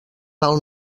del